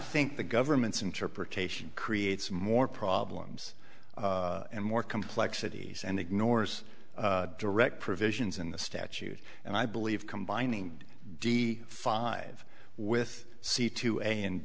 think the government's interpretation creates more problems and more complexities and ignores direct provisions in the statute and i believe combining five with c to a and